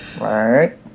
Right